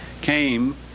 came